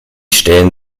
stellen